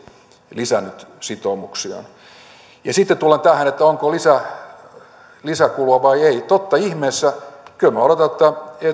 lisännyt sitoumuksiaan sitten tullaan tähän onko lisäkulua vai ei totta ihmeessä kyllä minä odotan että